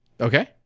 Okay